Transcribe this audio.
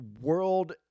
world